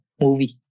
movie